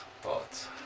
thoughts